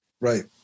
Right